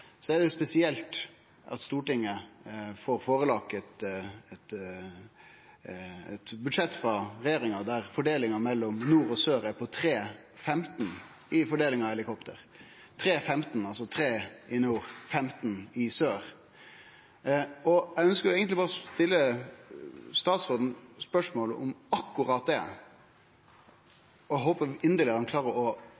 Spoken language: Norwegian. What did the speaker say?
er det spesielt at Stortinget får seg førelagt eit budsjett frå regjeringa der fordelinga av helikopter mellom nord og sør er på 3 og 15, altså 3 i nord og 15 i sør. Eg ønskjer eigentleg berre å stille statsråden spørsmål om akkurat det,